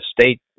state